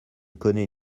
connais